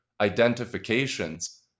identifications